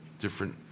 different